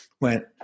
went